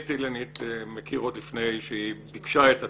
את אילנית אני מכיר עוד לפני שהיא ביקשה את הצו.